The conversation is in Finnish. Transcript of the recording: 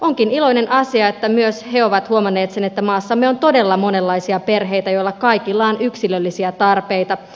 onkin iloinen asia että myös he ovat huomanneet sen että maassamme on todella monenlaisia perheitä joilla kaikilla on yksilöllisiä tarpeita